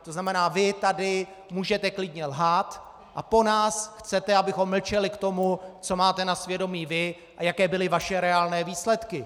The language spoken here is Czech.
To znamená, vy tady můžete klidně lhát, a po nás chcete, abychom mlčeli k tomu, co máte na svědomí vy a jaké byly vaše reálné výsledky?